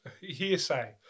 hearsay